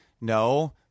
no